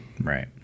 Right